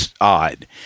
odd